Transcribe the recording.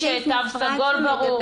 יש תו סגול ברור.